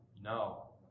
No